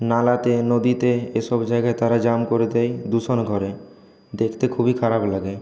নালাতে নদীতে এইসব জায়গায় তারা জ্যাম করে দেয় দূষণ করে দেখতে খুবই খারাপ লাগে